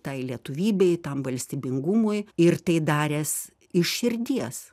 tai lietuvybei tam valstybingumui ir tai daręs iš širdies